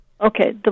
Okay